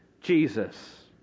Jesus